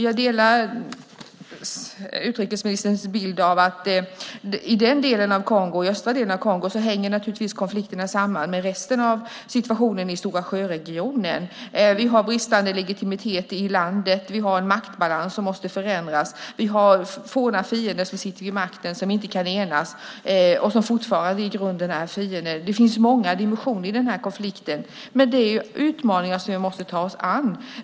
Jag delar utrikesministerns bild att konflikterna i den östra delen av Kongo naturligtvis hänger samman med situationen i resten av Storasjöregionen. Vi har bristande legitimitet i landet. Vi har en maktbalans som måste förändras. Vi har forna fiender som sitter vid makten och inte kan enas och som fortfarande i grunden är fiender. Det finns många dimensioner i konflikten. Men det är utmaningar som vi måste ta oss an.